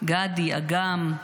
גדי, אגם,